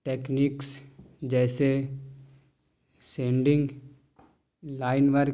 techniques جیسے sanding line work